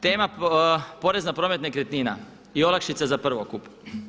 Tema porez na promet nekretnina i olakšice za prvokup.